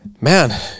man